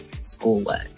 schoolwork